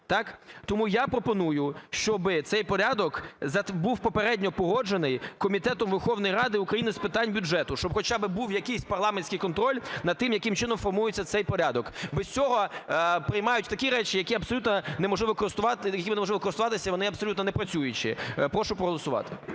Тому я пропоную, щоби цей порядок був попередньо погоджений Комітетом Верховної Ради України з питань бюджету, щоб хоча би був якийсь парламентський контроль над тим, яким чином формується цей порядок. Без цього приймають такі речі, якими неможливо користуватися, вони абсолютно непрацюючі. Прошу проголосувати.